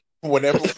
Whenever